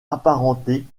apparentés